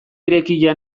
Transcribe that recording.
irekia